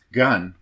gun